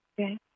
Okay